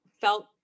felt